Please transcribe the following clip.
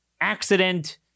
accident